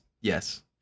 yes